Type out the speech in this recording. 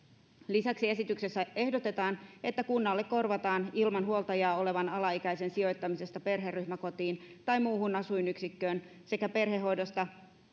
lisäksi esityksessä ehdotetaan että kunnalle korvataan ilman huoltajaa olevan alaikäisen sijoittamisesta perheryhmäkotiin tai muuhun asuinyksikköön sekä perhehoidosta